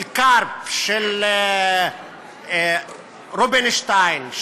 של קרפ, של רובינשטיין,